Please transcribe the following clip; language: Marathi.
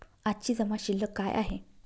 आजची जमा शिल्लक काय आहे?